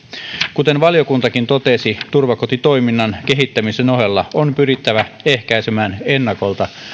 kuten valiokuntakin totesi turvakotitoiminnan kehittämisen ohella on pyrittävä ehkäisemään ennakolta